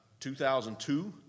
2002